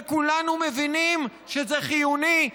וכולנו מבינים שזה חיוני,